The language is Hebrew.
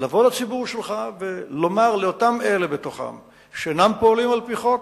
לבוא לציבור שלך ולומר לאלה בתוכם שאינם פועלים על-פי חוק,